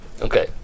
Okay